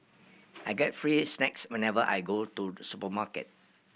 I get free snacks whenever I go to supermarket